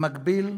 במקביל,